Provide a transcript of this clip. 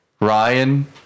Ryan